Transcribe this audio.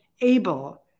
able